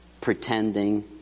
pretending